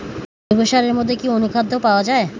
জৈব সারের মধ্যে কি অনুখাদ্য পাওয়া যায়?